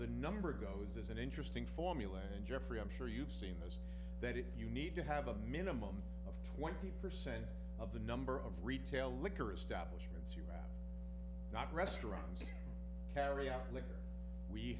the number goes is an interesting formula and jeffrey i'm sure you've seen is that if you need to have a minimum of twenty percent of the number of retail liquor establishment not restaurants carry out li